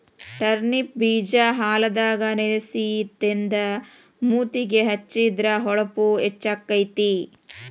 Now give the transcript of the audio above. turnip ಬೇಜಾ ಹಾಲದಾಗ ನೆನಸಿ ತೇದ ಮೂತಿಗೆ ಹೆಚ್ಚಿದ್ರ ಹೊಳಪು ಹೆಚ್ಚಕೈತಿ